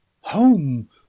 home